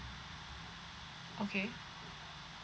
okay